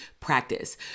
practice